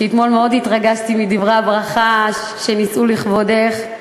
ואתמול מאוד התרגשתי מדברי הברכה שנישאו לכבודך,